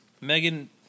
Megan